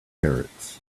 parrots